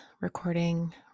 recording